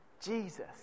Jesus